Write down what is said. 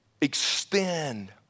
Extend